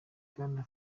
bwana